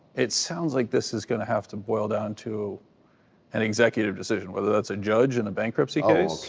it sounds like this is going to have to boil down to an executive decision, whether that's a judge in a bankruptcy case,